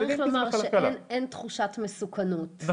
צריך לומר שאין תחושת מסוכנות.